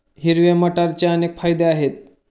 हिरव्या मटारचे अनेक फायदे आहेत